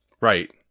Right